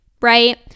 Right